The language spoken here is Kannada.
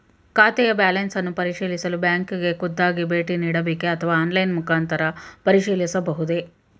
ಖಾತೆಯ ಬ್ಯಾಲೆನ್ಸ್ ಅನ್ನು ಪರಿಶೀಲಿಸಲು ಬ್ಯಾಂಕಿಗೆ ಖುದ್ದಾಗಿ ಭೇಟಿ ನೀಡಬೇಕೆ ಅಥವಾ ಆನ್ಲೈನ್ ಮುಖಾಂತರ ಪರಿಶೀಲಿಸಬಹುದೇ?